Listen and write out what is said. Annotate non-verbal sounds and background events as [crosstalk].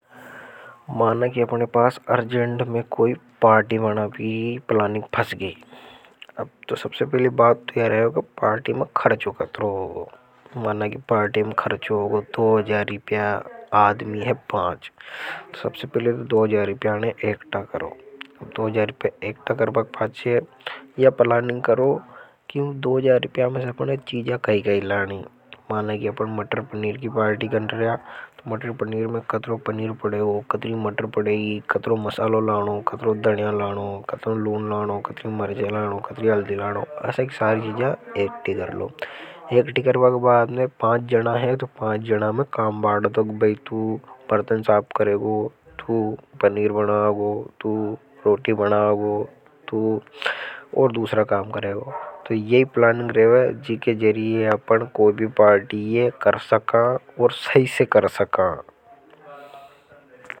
माना कि अपने पास अर्जेंड में कोई पार्टी माना भी प्लानिंग फ़स गई अब तो सबसे पहले बात तो यह रहे होगा पार्टी में। खर्चों कत्रहोगोो माना कि पार्टी में खर्चों को दो हज़ार रिप्या आदमी है पांच सबसे पहले दो हज़ार रिप्या ने एकटा करो। दो हजार रिपया इकट्ठा करबा के पाछे से यह प्लानिंग करो कि दो हजार रिपया में अरल्ड हैसे चीजा कई कई लेअब। [unintelligible] इकट्ठा करबा के बाद में पांच जना है। तो पांच जना में काम बाड़ तो गई तू परतन साप करेगो तू पनीर बनागो तू रोटी बनागो तू और दूसरा काम करेगो तो यही प्लानिंग रहे है जी के जरीए हम कोई भी पार्टी ये कर सका और सही से कर सका।